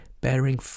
bearing